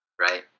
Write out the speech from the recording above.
right